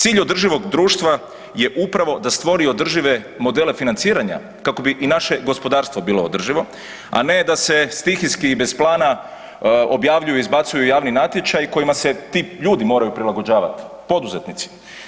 Cilj održivog društva je upravo da stvori održive modele financiranja kako bi i naše gospodarstvo bilo održivo, a ne da se stihijski i bez plana objavljuju i izbacuju javni natječaji kojima se ti ljudi moraju prilagođavati, poduzetnici.